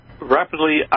rapidly